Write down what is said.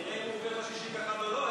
נראה אם הוא עובר ל-61 או לא.